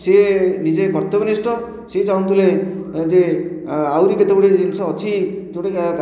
ସେ ନିଜେ କର୍ତ୍ତବ୍ୟନିଷ୍ଠ ସେ ଚାହୁଁଥିଲେ ଯେ ଆହୁରି କେତେ ଗୁଡ଼ିଏ ଜିନିଷ ଅଛି ଯେଉଁଟାକି